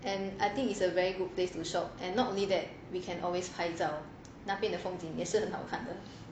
and I think it's a very good place to shop and not only that we can always 拍照那边的风景也是很好看的